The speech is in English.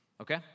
Okay